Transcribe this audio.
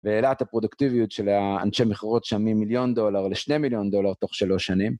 והעלה את הפרודוקטיביות של אנשי מכירות שם ממיליון דולר לשני מיליון דולר תוך שלוש שנים.